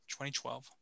2012